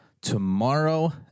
tomorrow